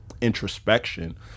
introspection